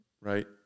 right